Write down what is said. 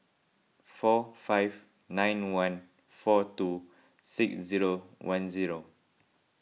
four five nine one four two six zero one zero